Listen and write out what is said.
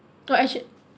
like I should